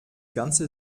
ganze